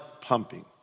pumping